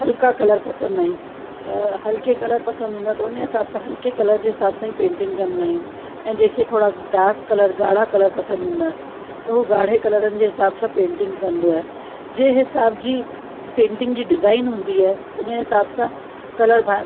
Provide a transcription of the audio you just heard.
हल्का कलर पसंदि आहिनि त हल्के कलर पसंदि हूंदा त उन हिसाब सां हल्के कलर जे हिसाब सां ई पेंटिंग कंदा आहियूं ऐं जंहिंखे थोरा डार्क कलर ॻाढ़ा कलर पसंदि हूंदा त उहो ॻाढ़े कलरनि जे हिसाब सां पेंटिंग कंदो आहे जंहिं हिसाब जी पेंटिंग जी डिज़ाइन हूंदी आहे उनी हिसाब सां कलर भ